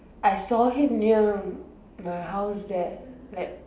I saw him near my house there like